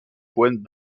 poèmes